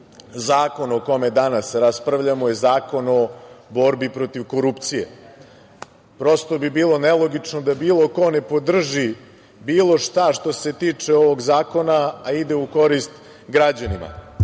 o kome danas raspravljamo je Zakon o borbi protiv korupcije. Prosto bi bilo nelogično da bilo ko ne podrži bilo šta što se tiče ovog zakona, a ide u korist građanima.